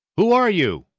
who are you?